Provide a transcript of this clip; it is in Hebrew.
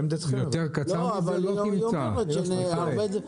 אני מאוד מעריך אנשים שלא חוזרים על מה שאחרים אמרו ושאם מלאכתם נעשתה